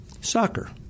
Soccer